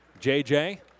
JJ